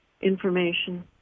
information